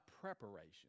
preparation